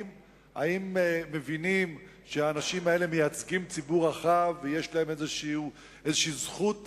האם מבינים שהאנשים האלה מייצגים ציבור רחב ויש להם איזו זכות מחאה,